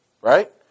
right